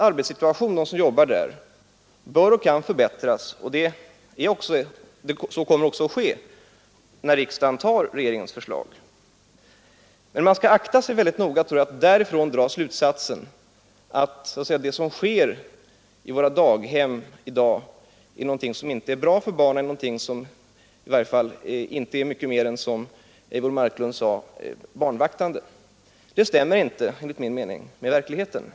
Arbetssituationen för dem som jobbar på detta område bör och kan förbättras, och så kommer även att ske när riksdagen tar regeringens förslag. Men man skall akta sig noga för att därav dra slutsatsen att det som sker i våra daghem i dag är någonting som inte är bra för barnen, någonting som i varje fall inte är mycket mer än — som Eivor Marklund sade — barnvaktande. Det stämmer inte enligt min mening med verkligheten.